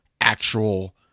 actual